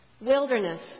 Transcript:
Wilderness